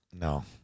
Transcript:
No